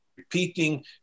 Repeating